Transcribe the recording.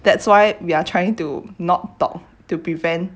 that's why we are trying to not talk to prevent